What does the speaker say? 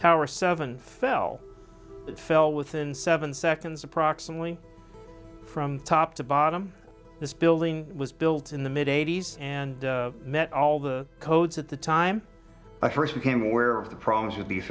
tower seven fell it fell within seven seconds approximately from top to bottom this building was built in the mid eighty's and met all the codes at the time i first became aware of the problems with the